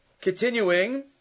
continuing